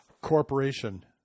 corporation